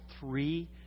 three